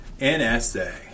NSA